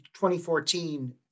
2014